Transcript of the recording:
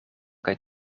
kaj